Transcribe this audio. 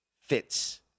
fits